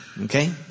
Okay